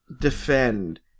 defend